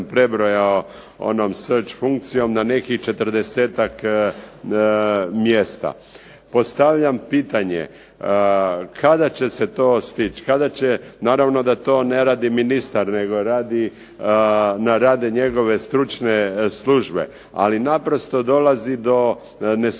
prebrojao onom search funkcijom, na nekih 40-ak mjesta. Postavljam pitanje, kada će se to stići, kada će, naravno da to ne radi ministar, nego rade njegove stručne službe, ali naprosto dolazi do, nesumnjivo